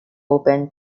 open